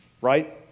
right